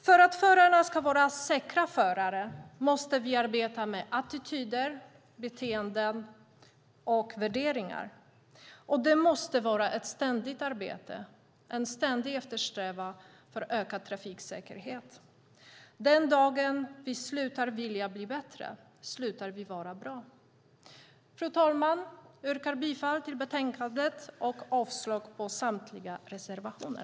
För att förarna ska vara säkra förare måste vi arbeta med attityder, beteenden och värderingar. Det måste vara ett ständigt arbete, en ständig strävan att öka trafiksäkerheten. Den dagen vi slutar vilja bli bättre slutar vi vara bra. Fru talman! Jag yrkar bifall till förslaget i betänkandet och avslag på samtliga reservationer.